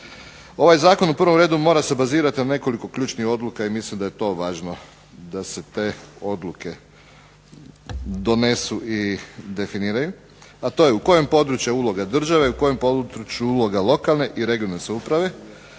Ovaj zakon u prvom redu mora se bazirati na nekoliko ključnih odluka i mislim da je to važno da se te odluke donesu i definiraju, a to je u kojem području je uloga države, u kojem području uloga lokalne i regionalne samouprave,